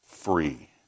Free